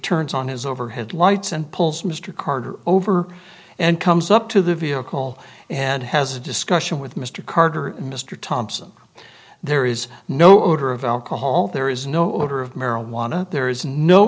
turns on his overhead lights and pulls mr carter over and comes up to the vehicle and has a discussion with mr carter mr thompson there is no odor of alcohol there is no odor of marijuana there is no